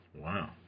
Wow